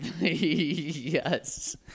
yes